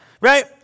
Right